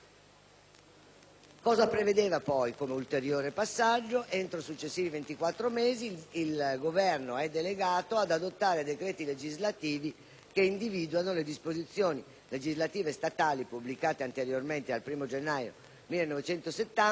Si prevede, inoltre, che entro i successivi 24 mesi il Governo è delegato ad adottare decreti legislativi che individuano le disposizioni legislative statali, pubblicate anteriormente al 1° gennaio 1970,